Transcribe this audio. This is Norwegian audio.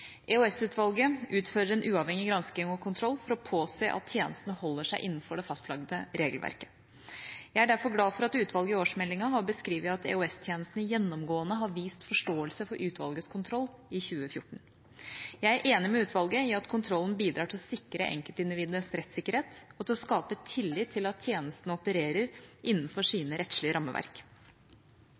EOS-utvalget utfører en uavhengig gransking og kontroll for å påse at tjenesten holder seg innenfor det fastlagte regelverket. Jeg er derfor glad for at utvalget i årsmeldinga har beskrevet at EOS-tjenesten gjennomgående har vist forståelse for utvalgets kontroll i 2014. Jeg er enig med utvalget i at kontrollen bidrar til å sikre enkeltindividers rettssikkerhet og til å skape tillit til at tjenesten opererer innenfor sine rettslige rammeverk.